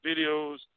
videos